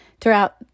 throughout